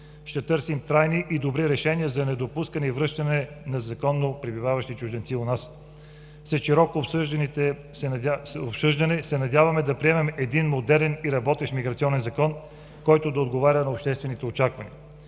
Ще търсим трайни и добри решения за недопускане и връщане на незаконно пребиваващи чужденци у нас. След широко обсъждане се надяваме да приемем един модерен и работещ миграционен закон, който да отговаря на обществените очаквания.